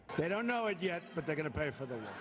they don't know it yet, but they are going to pay for it.